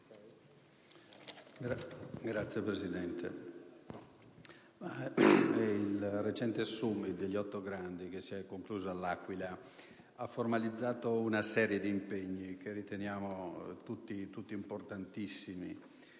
Signor Presidente, il recente *Summit* degli 8 Grandi, che si è concluso a L'Aquila, ha formalizzato una serie di impegni che riteniamo tutti importantissimi: